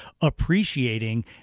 appreciating